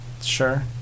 sure